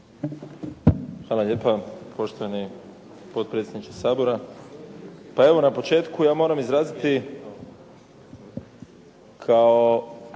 Hvala lijepa poštovani potpredsjedniče Sabora. Pa evo na početku ja moram izraziti kao